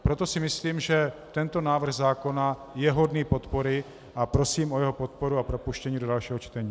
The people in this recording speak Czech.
Proto si myslím, že tento návrh zákona je hodný podpory, a prosím o jeho podporu a propuštění do dalšího čtení.